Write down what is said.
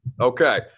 Okay